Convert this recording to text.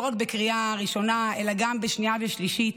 רק בקריאה ראשונה אלא גם בשנייה ושלישית.